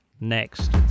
next